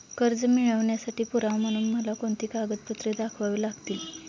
कर्ज मिळवण्यासाठी पुरावा म्हणून मला कोणती कागदपत्रे दाखवावी लागतील?